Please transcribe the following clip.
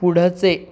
पुढचे